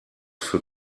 für